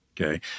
okay